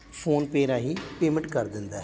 phone pay ਰਾਹੀਂ payment ਕਰ ਦਿੰਦਾ ਹੈ